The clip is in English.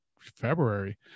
February